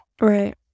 Right